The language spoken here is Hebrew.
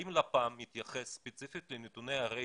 האם לפ"מ מתייחסת ספציפית לנתוני הרייטינג,